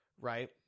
Right